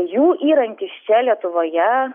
jų įrankis čia lietuvoje